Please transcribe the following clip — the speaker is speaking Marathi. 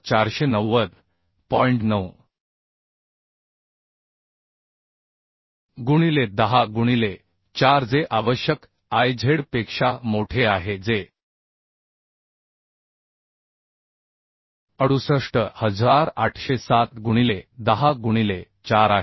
9 गुणिले 10 गुणिले 4 जे आवश्यक I z पेक्षा मोठे आहे जे 68807 गुणिले 10 गुणिले 4 आहे